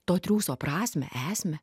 to triūso prasmę esmę